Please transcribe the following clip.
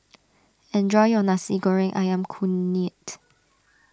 enjoy your Nasi Goreng Ayam Kunyit